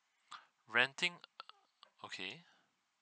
renting okay